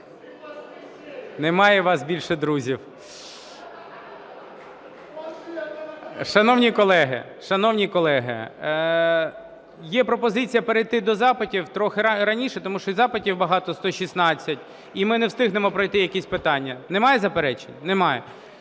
Верховної Ради. Шановні колеги, є пропозиція перейти до запитів трохи раніше, тому що запитів багато – 116, і ми не встигнемо пройти якісь питання. Немає заперечень? Немає.